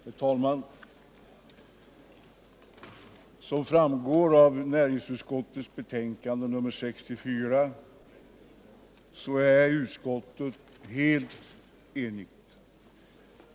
Herr talman! Som framgår av näringsutskottets betänkande nr 64 är utskottet helt enigt.